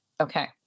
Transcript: okay